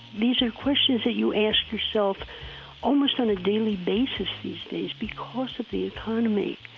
these are questions that you ask yourself almost on a daily basis these days because of the economy,